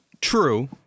true